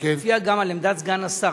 גם על עמדת סגן השר.